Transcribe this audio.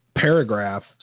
paragraph